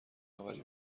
اوری